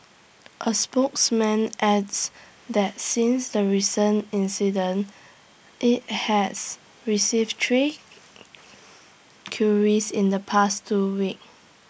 A spokesman adds that since the recent incidents IT has received three queries in the past two weeks